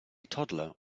toddler